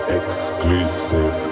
exclusive